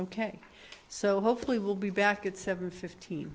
ok so hopefully we'll be back at seven fifteen